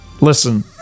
listen